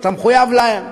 אתה מחויב להם?